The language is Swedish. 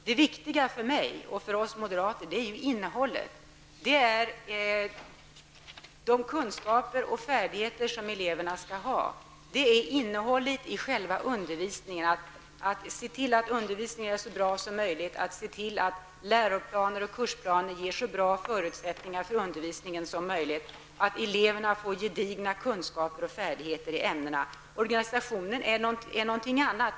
Det viktiga för mig och för oss moderater är innehållet, de kunskaper och färdigheter som eleverna skall ha, innehållet i själva undervisningen, att se till att undervisningen är så bra som möjligt, att läroplaner och kursplaner ger så bra förutsättningar för undervisningen som möjligt och att eleverna får gedigna kunskaper och färdigheter i ämnena. Organisationen är något annat.